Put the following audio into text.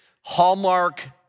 hallmark